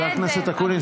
חבר הכנסת אקוניס,